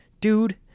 dude